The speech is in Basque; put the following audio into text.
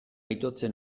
itotzen